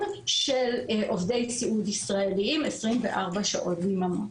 של עובדי סיעוד ישראליים 24 שעות ביממה.